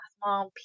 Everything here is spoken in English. mom